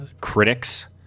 critics